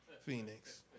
Phoenix